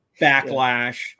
Backlash